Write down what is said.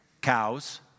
cows